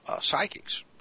psychics